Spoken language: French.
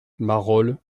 marolles